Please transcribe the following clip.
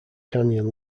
canyon